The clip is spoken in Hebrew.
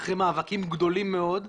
אחרי מאבקים גדולים מאוד,